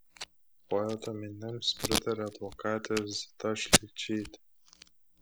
poeto mintims pritarė advokatė zita šličytė